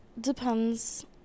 Depends